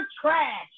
trash